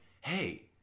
hey